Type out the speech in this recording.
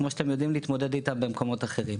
כמו שאתם יודעים להתמודד איתם במקומות אחרים.